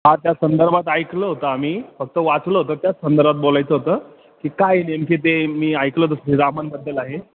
हां त्या संदर्भात ऐकलं होतं आम्ही फक्त वाचलं होतं त्याच संदर्भात बोलायचं होतं की काय नेमकी ते मी ऐकलं होतं रामांबद्दल आहे